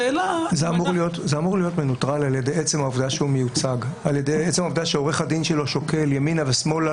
זה אמור להיות מנוטרל מעצם העובדה שעורך הדין שלו שוקל ימינה ושמאלה,